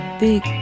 big